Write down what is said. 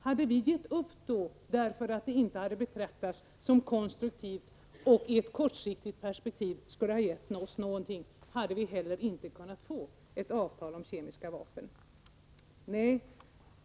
Hade vi gett upp därför att arbetet inte hade betraktats som konstruktivt och i ett kortsiktigt perspektiv inte skulle ha gett oss någonting, hade vi inte heller kunnat få ett avtal om kemiska vapen.